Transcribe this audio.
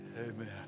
Amen